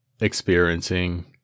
experiencing